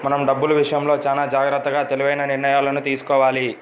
మనం డబ్బులు విషయంలో చానా జాగర్తగా తెలివైన నిర్ణయాలను తీసుకోవాలి